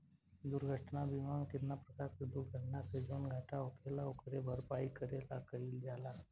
दुर्घटना बीमा केतना परकार के दुर्घटना से जवन घाटा होखेल ओकरे भरपाई करे ला कइल जाला